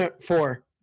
Four